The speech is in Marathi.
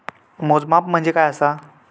मोजमाप म्हणजे काय असा?